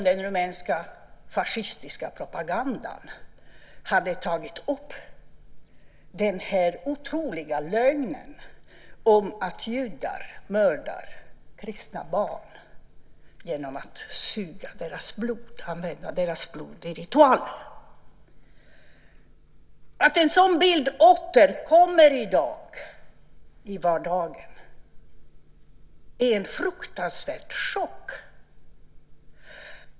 Den rumänska fascistiska propagandan hade tagit upp den otroliga lögnen om att judar mördar kristna barn genom att suga deras blod och använda deras blod i ritualer. Att en sådan bild återkommer i dag i vardagen är en fruktansvärd chock.